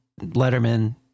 Letterman